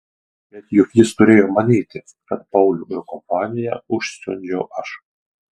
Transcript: bet juk jis turėjo manyti kad paulių ir kompaniją užsiundžiau aš